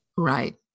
Right